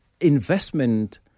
investment